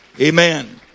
amen